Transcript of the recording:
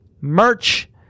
Merch